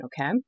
okay